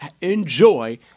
enjoy